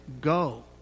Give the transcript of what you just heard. go